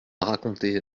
raconter